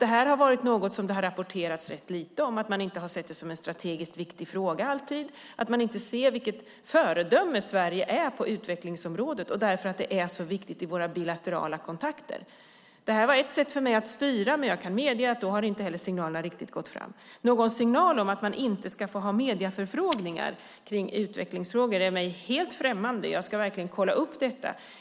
Det här har varit något som det rapporterats rätt lite om. Man har inte sett det som en strategiskt viktig fråga alltid. Man ser inte vilket föredöme Sverige är på utvecklingsområdet och hur viktigt det är i våra bilaterala kontakter. Det här var ett sätt för mig att styra, men jag kan medge att signalerna inte riktigt har gått fram. Att skicka en signal om att man inte ska få ha medieförfrågningar kring utvecklingsfrågor är mig helt främmande. Jag ska verkligen kolla upp detta.